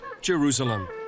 Jerusalem